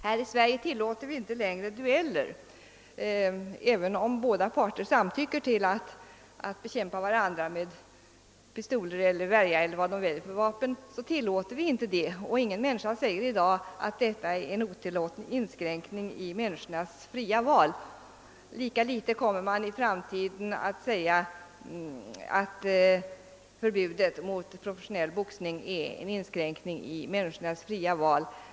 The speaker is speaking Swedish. Här i Sverige tillåter vi inte längre dueller, även om båda parter samtycker till att bekämpa varandra med pistol eller värja eller vad de väljer för vapen. Ingen människa påstår i dag att detta är en otillåten inskränkning i människornas fria val. Lika litet kommer man i framtiden att säga att förbudet mot professionell boxning är en inskränkning i människornas fria val.